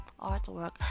artwork